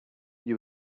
you